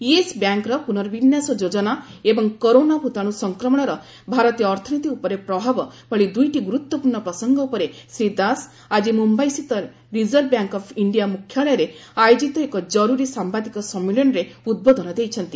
Yes ବ୍ୟାଙ୍କ୍ର ପ୍ରନଃ ବିନ୍ୟାସ ଯୋଜନା ଏବଂ କରୋନା ଭତାଣୁ ସଂକ୍ରମଣର ଭାରତୀୟ ଅର୍ଥନୀତି ଉପରେ ପ୍ରଭାବ ଭଳି ଦୁଇଟି ଗୁରୁତ୍ୱପୂର୍ଣ୍ଣ ପ୍ରସଙ୍ଗ ଉପରେ ଶ୍ରୀ ଦାସ ଆଜି ମ୍ରମ୍ୟାଇ ସ୍ଥିତ ରିଜର୍ଭ ବ୍ୟାଙ୍କ୍ ଅଫ୍ ଇଣ୍ଡିଆ ମ୍ରଖ୍ୟାଳୟରେ ଆୟୋଜିତ ଏକ ଜର୍ରରି ସାମ୍ଭାଦିକ ସମ୍ମିଳନୀରେ ଉଦ୍ବୋଧନ ଦେଇଛନ୍ତି